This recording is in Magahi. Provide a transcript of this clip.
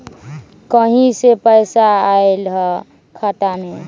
कहीं से पैसा आएल हैं खाता में?